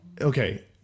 okay